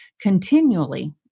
continually